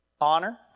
honor